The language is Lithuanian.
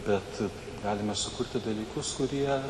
bet galime sukurti dalykus kurie